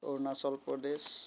Arunachal Pradesh